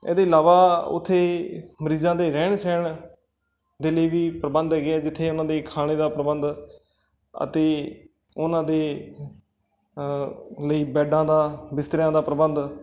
ਇਸ ਦੇ ਇਲਾਵਾ ਉੱਥੇ ਮਰੀਜ਼ਾਂ ਦੇ ਰਹਿਣ ਸਹਿਣ ਦੇ ਲਈ ਵੀ ਪ੍ਰਬੰਧ ਹੈਗੇ ਆ ਜਿੱਥੇ ਉਹਨਾਂ ਦੇ ਖਾਣੇ ਦਾ ਪ੍ਰਬੰਧ ਅਤੇ ਉਹਨਾਂ ਦੇ ਲਈ ਬੈਡਾਂ ਦਾ ਬਿਸਤਰਿਆਂ ਦਾ ਪ੍ਰਬੰਧ